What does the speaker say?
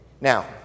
Now